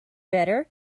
better